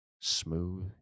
smooth